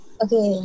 okay